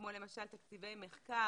כמו למשל תקציבי מחקר,